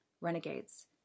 Renegades